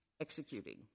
executing